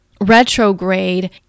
retrograde